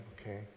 okay